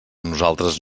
nosaltres